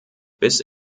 bis